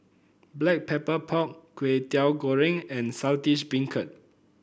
Black Pepper Pork Kwetiau Goreng and Saltish Beancurd